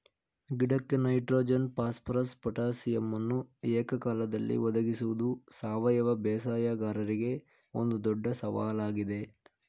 ಗಿಡಕ್ಕೆ nitrogen phosphorus ಪೊಟಾಸಿಯಮನ್ನು ಏಕಕಾಲದಲ್ಲಿ ಒದಗಿಸುವುದು ಸಾವಯವ ಬೇಸಾಯಗಾರರಿಗೆ ಒಂದು ದೊಡ್ಡ ಸವಾಲಾಗಿದೆ